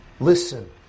Listen